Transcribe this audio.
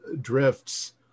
drifts